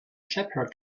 shepherd